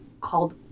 called